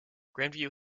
grandview